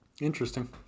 Interesting